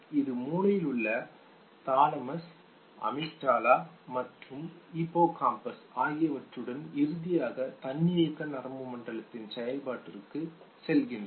இது மூளையிலுள்ள thalamus amygdala மற்றும் ஹிப்போகாம்பஸ் ஆகியவற்றுடன் இறுதியாக தன்னியக்க நரம்பு மண்டலத்தின் செயல்பாட்டிற்குச் செல்கின்றன